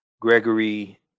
Gregory